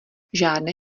žádné